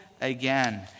again